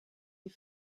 die